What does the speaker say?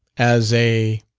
as a?